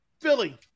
Philly